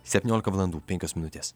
septyniolika valandų penkios minutės